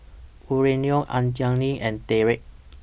Aurelio Anjali and Dereck